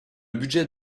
budget